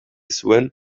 zuen